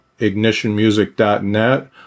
ignitionmusic.net